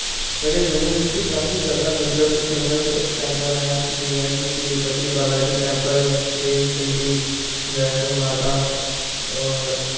साढ़े जम्मू बिच्च बी काफी जैदा मतलब फेमस टैंपल न जि'यां कि तीरबती बाला जी टैंपल देव पिंडी बैश्नो माता होर